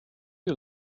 you